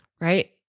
Right